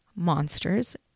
monsters